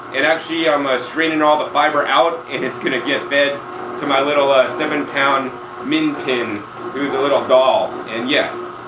and actually i'm straining all the fiber out, and it's going to get fed to my little seven pound min pin, who's a little doll, and yes,